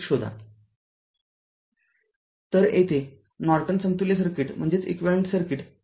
तरयेथे नॉर्टन समतुल्य सर्किट मिळवायचे आहे